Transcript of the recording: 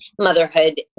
motherhood